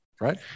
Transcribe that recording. right